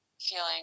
feeling